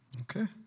Okay